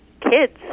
kids